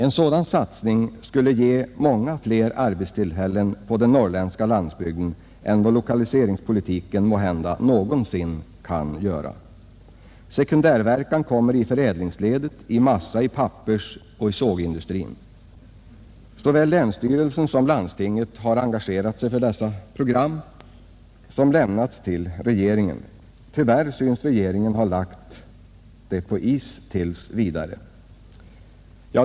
En sådan satsning skulle ge många fler arbetstillfällen på den norrländska landsbygden än vad lokaliseringspolitiken måhända någonsin kan göra. Sekundärverkan kommer i förädlingsledet, i massa-, i pappersoch i sågindustrin. Såväl länsstyrelsen som landstinget har engagerat sig för detta program, som lämnats till regeringen. Tyvärr synes regeringen ha lagt det på is tills vidare.